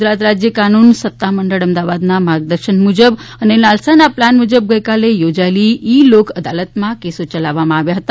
ગુજરાત રાજ્ય કાનૂન સત્તા મંડળ અમદાવાદના માર્ગદર્શન મુજબ અને નાલસાના પ્લાન મુજબ ગઈકાલે યોજાયેલી ઈ લોક અદાલતમાં કેસો ચલાવવામાં આવ્યા હતા